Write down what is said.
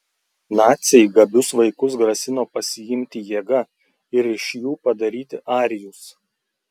naciai gabius vaikus grasino pasiimti jėga ir iš jų padaryti arijus